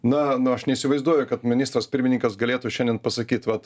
na na aš neįsivaizduoju kad ministras pirmininkas galėtų šiandien pasakyt vat